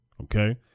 Okay